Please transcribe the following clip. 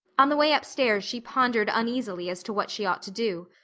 on the way upstairs she pondered uneasily as to what she ought to do.